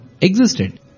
existed